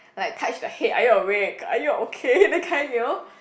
like touch the head are you awake are you okay that kind you know